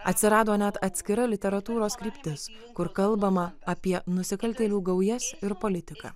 atsirado net atskira literatūros kryptis kur kalbama apie nusikaltėlių gaujas ir politiką